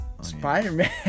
Spider-Man